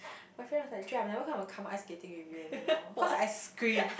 my friend was like Jay I'm never come to come ice skating with you anymore cause I screamed